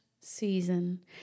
season